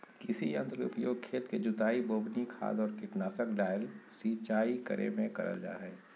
कृषि यंत्र के उपयोग खेत के जुताई, बोवनी, खाद आर कीटनाशक डालय, सिंचाई करे मे करल जा हई